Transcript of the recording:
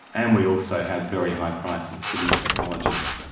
and we also have very high prices for new technologies.